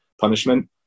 punishment